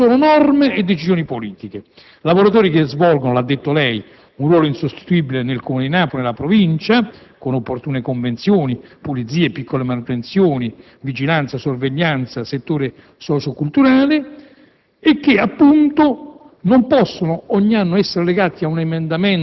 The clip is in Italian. opportunamente segnalava, quello della stabilizzazione degli LSU; servono solo norme e decisioni politiche. Lavoratori che svolgono - l'ha detto lei - un ruolo insostituibile nel Comune di Napoli e nella Provincia, con opportune convenzioni (pulizie, piccole manutenzioni, vigilanza, sorveglianza, settore socio-culturale),